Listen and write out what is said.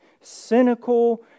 cynical